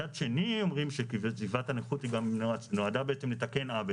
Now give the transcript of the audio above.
מצד שני אומרים שקצבת הנכות גם נועדה בעצם לתקן עוול,